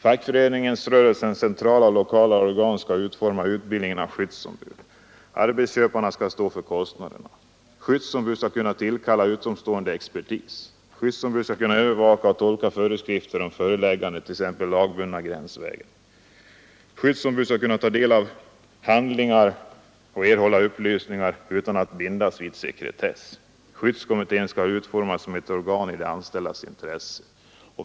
Fackföreningsrörelsens centrala och lokala organ skall utforma utbildningen av skyddsombud. Arbetsköparna skall stå för kostnaderna. Skyddsombud skall kunna tillkalla utomstående expertis. Skyddsombud skall kunna tolka föreskrifter om förelägganden, t.ex. lagbundna gränsvärden, och övervaka att dessa följs. Skyddsombud skall kunna ta del av handlingar och erhålla upplysningar utan att bindas vid sekretess. Skyddskommittén skall utformas till ett organ i de anställdas intresse.